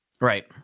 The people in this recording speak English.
Right